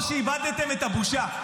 או שאיבדתם את הבושה.